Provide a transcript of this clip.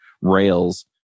Rails